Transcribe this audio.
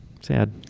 Sad